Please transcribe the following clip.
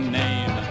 name